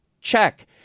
Check